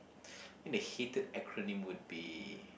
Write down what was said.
the hated acronym would be